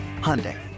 Hyundai